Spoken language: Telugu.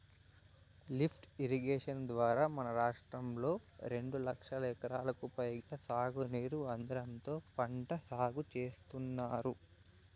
లిఫ్ట్ ఇరిగేషన్ ద్వారా మన రాష్ట్రంలో రెండు లక్షల ఎకరాలకు పైగా సాగునీరు అందడంతో పంట సాగు చేత్తున్నారు